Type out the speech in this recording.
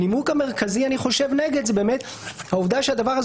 הנימוק המרכזי נגד זו העובדה שהדבר הזה